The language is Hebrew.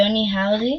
ג'וני הרדי,